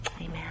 Amen